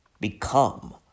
become